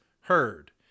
heard